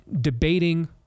debating